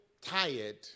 tired